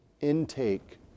intake